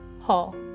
Hall